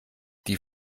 die